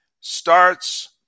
starts